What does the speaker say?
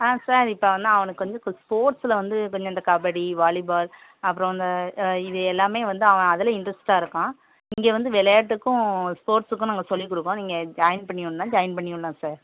ஆ sir இப்போ வந்து அவனுக்கு வந்து இப்போ ஸ்போர்ட்ஸில் வந்து கொஞ்சம் இந்த கபடி வாலிபால் அப்பறம் இந்த ஆ இது எல்லாமே வந்து அவன் அதிலேயும் இண்ட்ரெஸ்ட்டாக இருக்கான் இங்கே வந்து விளையாட்டுக்கும் ஸ்போர்ட்ஸ்க்கும் நாங்கள் சொல்லி கொடுப்போம் நீங்கள் ஜாயின் பண்ணிவிடுணும்னா ஜாயின் பண்ணிவிட்லாம் சார்